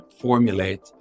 formulate